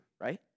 right